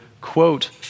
quote